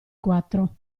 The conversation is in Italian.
quattro